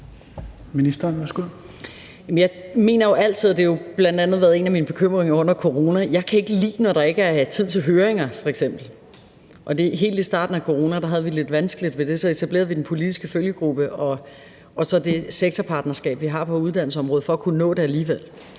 sige – og det har bl.a. været en af mine bekymringerne under corona – at jeg kan ikke lide, når der f.eks. ikke er tid til høringer. Og helt i starten af corona havde vi lidt vanskeligt ved det. Så etablerede vi den politiske følgegruppe og så det sektorpartnerskab, vi har på uddannelsesområdet, for at kunne nå det alligevel.